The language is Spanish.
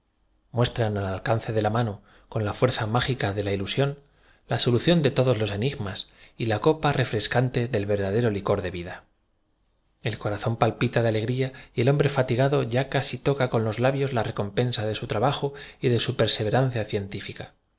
muestran al alcance de la mano con la fuerza m ágica de la ilu sión la solución de todos los enigmas y la copa r e frescante del verdadero licor de vid a el corazón pal pita de alegría y el hombre fatigado y a casi toca con los labios la recompensa de su trabajo y de su perse verancia científica